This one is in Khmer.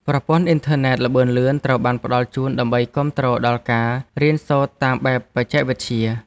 ប្រព័ន្ធអ៊ីនធឺណិតល្បឿនលឿនត្រូវបានផ្តល់ជូនដើម្បីគាំទ្រដល់ការរៀនសូត្រតាមបែបបច្ចេកវិទ្យា។